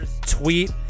tweet